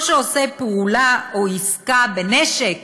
או שעושה פעולה או עסקה בנשק